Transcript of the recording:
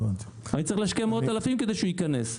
אני צריך להשקיע מאות אלפים כדי שהוא ייכנס.